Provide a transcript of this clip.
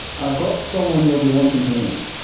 i've got someone you'll be wantin' to meet.